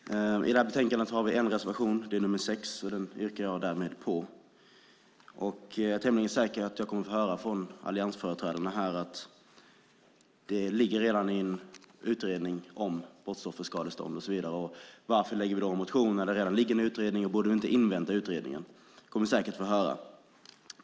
Fru talman! I detta betänkande har vi en reservation, nr 6, som jag härmed yrkar bifall till. Jag är tämligen säker på att jag kommer att få höra från alliansföreträdarna att det redan ligger en utredning om brottsofferskadestånd. Varför lägger vi då fram en motion, när det redan ligger en utredning? Borde vi inte invänta utredningen? Vi kommer säkert att få höra det.